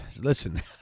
Listen